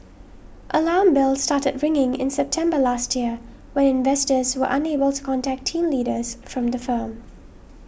alarm bells started ringing in September last year when investors were unable to contact team leaders from the firm